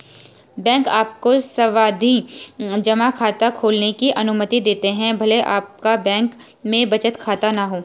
bank आपको सावधि जमा खाता खोलने की अनुमति देते हैं भले आपका बैंक में बचत खाता न हो